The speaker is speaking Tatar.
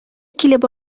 килеп